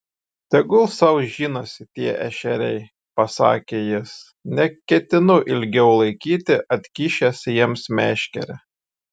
tegul sau žinosi tie ešeriai pasakė jis neketinu ilgiau laikyti atkišęs jiems meškerę